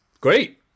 great